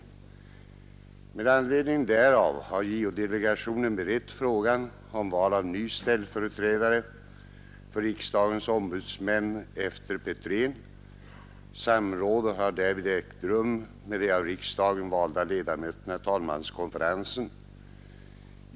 Med anledning därav har JO-delegationen berett frågan om val av ny ställföreträdare för riksdagens ombudsmän efter Petrén. Samråd har därvid ägt rum med de av riksdagen valda ledamöterna i talmanskonferensen.